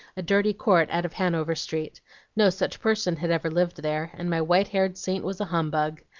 a dirty court out of hanover street no such person had ever lived there, and my white-haired saint was a humbug.